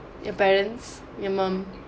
your parents your mum